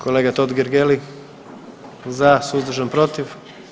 Kolega Totgergeli za, suzdržan, protiv?